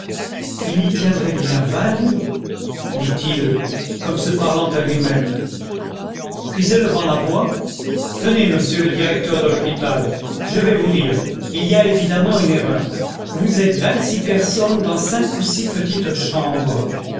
il y tiendrait bien vingt lits dit-il comme se parlant à lui-même puis élevant la voix tenez monsieur le directeur de l'hôpital je vais vous dire il y a évidemment une erreur vous êtes vingt-six personnes dans cinq ou six petites chambres